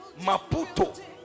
Maputo